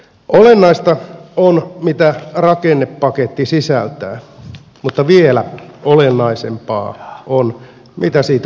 olennaista on mitä rakennepaketti sisältää mutta vielä olennaisempaa on mitä siitä puuttuu